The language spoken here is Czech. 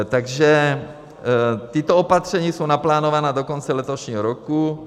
Takže tato opatření jsou naplánována do konce letošního roku.